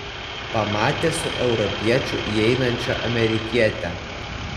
pamatė su europiečiu įeinančią amerikietę